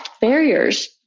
barriers